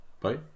Bye